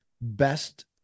best